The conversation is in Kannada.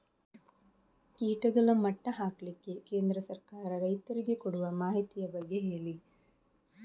ಕೀಟಗಳ ಮಟ್ಟ ಹಾಕ್ಲಿಕ್ಕೆ ಕೇಂದ್ರ ಸರ್ಕಾರ ರೈತರಿಗೆ ಕೊಡುವ ಮಾಹಿತಿಯ ಬಗ್ಗೆ ಹೇಳಿ